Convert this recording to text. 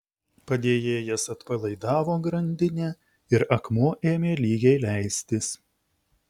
padėjėjas atpalaidavo grandinę ir akmuo ėmė lygiai leistis